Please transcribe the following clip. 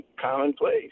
commonplace